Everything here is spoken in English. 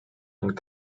and